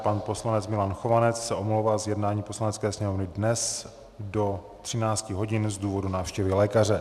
Pan poslanec Milan Chovanec se omlouvá z jednání Poslanecké sněmovny dnes do 13 hodin z důvodu návštěvy lékaře.